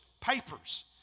papers